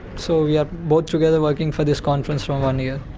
so we are both together working for this conference for one year.